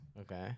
okay